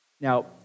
Now